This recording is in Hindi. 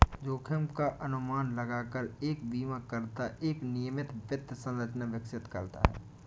जोखिम का अनुमान लगाकर एक बीमाकर्ता एक नियमित वित्त संरचना विकसित करता है